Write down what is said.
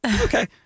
Okay